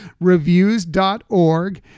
reviews.org